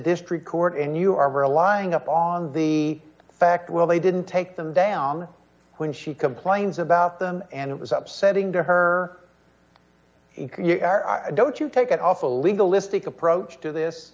district court and you are relying up on the fact well they didn't take them down when she complains about them and it was upsetting to her don't you take it off a legal lipstick approach to this